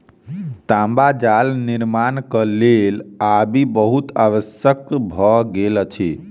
तांबा जाल निर्माणक लेल आबि बहुत आवश्यक भ गेल अछि